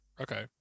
Okay